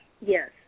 Yes